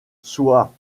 soient